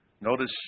Notice